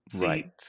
Right